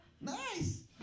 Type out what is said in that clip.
Nice